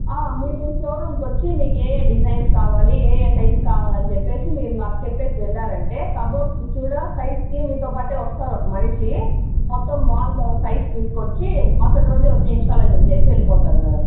మీరు షోరూంకి వచ్చి మీకు ఏ ఏ డిజైన్స్ కావాలి ఏ ఏ సైజు కావాలి అని చెప్పేసి మీరు నాకు చెప్పేసి వెళ్ళారంటే కబోర్డ్స్ సైజ్కి మీతో పాటు వస్తాడు ఒక మనిషి మొత్తం వాళ్ళు సైజ్ చూసుకొచ్చి మరుసటి రోజు వచ్చి ఇన్స్టాలేషన్ చేసి వెళ్ళిపోతారు మేడం